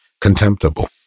contemptible